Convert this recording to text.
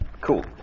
cool